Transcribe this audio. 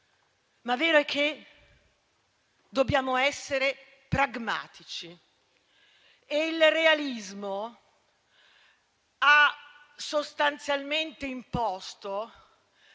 Ma vero è che dobbiamo essere pragmatici e il realismo ha sostanzialmente imposto